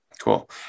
Cool